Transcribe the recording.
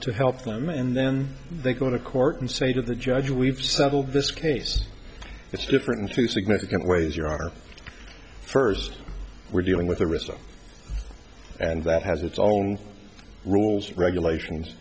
to help them and then they go to court and say to the judge we've settled this case it's different in two significant ways you are first we're dealing with a risk and that has its own rules regulations